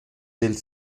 del